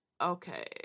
Okay